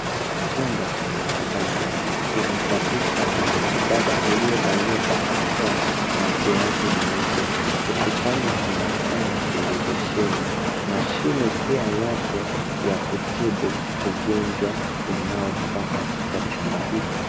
Chumba cha matibabu inasafishwa na mwanadada aliyevalia barakoa na glavu nyeupe, ukutani kuna saa na televisheni, mashine pia yako ya kutibu ugonjwa unaofaa katika chumba hiki.